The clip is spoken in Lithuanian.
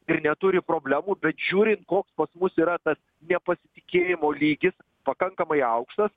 ir neturi problemų bet žiūrint koks pas mus yra tas nepasitikėjimo lygis pakankamai aukštas